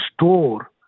store